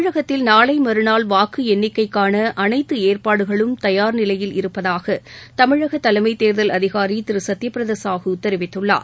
தமிழகத்தில் நாளை மறுநாள் வாக்கு எண்ணிக்கைக்கான அனைத்து ஏற்பாடுகளும் தயார் நிலையில் இருப்பதாக தமிழக தலைமைத் தேர்தல் அதிகாரி திரு சத்யபிரதா சாஹூ தெரிவித்துள்ளார்